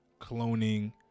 cloning